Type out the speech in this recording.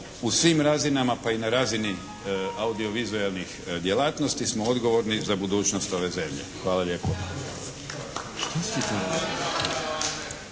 u svim razinama pa i na razini audio-vizuelnih djelatnosti smo odgovorni za budućnost ove zemlje. Hvala lijepo.